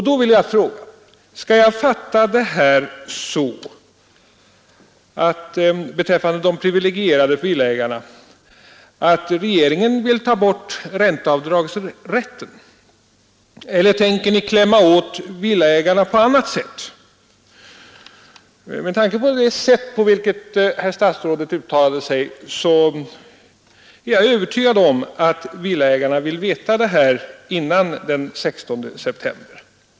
Då vill jag fråga: Skall jag fatta detta så att regeringen vill ta bort ränteavdragsrätten för de privilegierade villaägarna? Eller tänker ni klämma åt villaägarna på annat sätt? Med tanke på det som statsrådet uttalade är jag övertygad om att villaägarna vill veta detta före den 16 september.